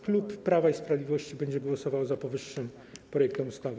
Klub Prawa i Sprawiedliwości będzie głosował za powyższym projektem ustawy.